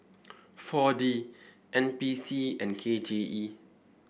four D N P C and K J E